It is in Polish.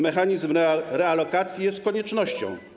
Mechanizm realokacji jest koniecznością.